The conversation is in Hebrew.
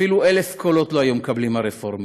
אפילו 1,000 קולות לא היו מקבלים הרפורמים.